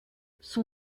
son